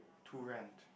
to rent